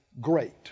great